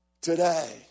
today